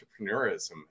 entrepreneurism